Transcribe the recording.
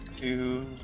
Two